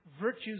virtues